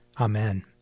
Amen